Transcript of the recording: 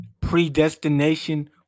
predestination